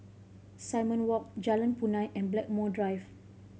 Simon Walk Jalan Punai and Blackmore Drive